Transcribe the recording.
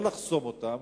לא לחסום אותם,